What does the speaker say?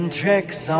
tricks